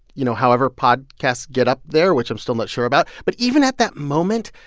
you know, however podcasts get up there, which i'm still not sure about but even at that moment,